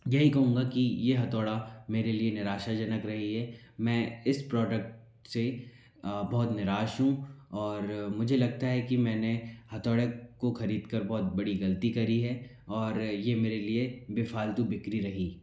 यही कहूँगा कि ये हथौड़ा मेरे लिए निराशाजनक रही है मैं इस प्रोडक्ट से बहुत निराश हूँ और मुझे लगता है कि मैंने हथौड़ा को खरीद कर बहुत बड़ी गलती करी है और ये मेरे लिए बेफालतू बिक्री रही